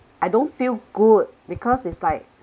I don't feel good because it's like